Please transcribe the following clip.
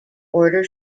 order